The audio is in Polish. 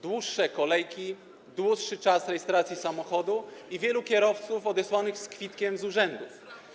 Dłuższe kolejki, dłuższy czas rejestracji samochodu i wielu kierowców odesłanych z kwitkiem z urzędów.